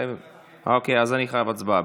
אוקיי, אני חייב הצבעה.